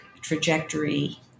trajectory